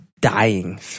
dying